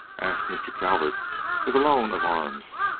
asked mr. calvert for the loan of arms,